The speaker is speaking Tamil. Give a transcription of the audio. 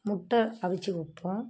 முட்டை அவித்து வைப்போம்